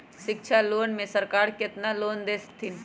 शिक्षा लोन में सरकार केतना लोन दे हथिन?